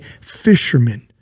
Fishermen